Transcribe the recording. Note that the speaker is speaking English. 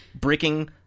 Breaking